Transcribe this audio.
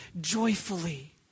joyfully